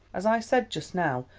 as i said just now,